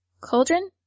Cauldron